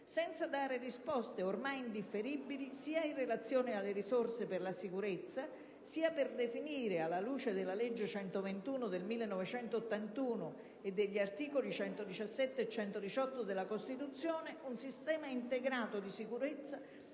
senza dare risposte, ormai indifferibili, sia in relazione alle risorse per la sicurezza, sia per definire - alla luce della legge n. 121 del 1981 e degli articoli 117 e 118 della Costituzione - un sistema integrato di sicurezza